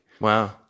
Wow